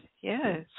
Yes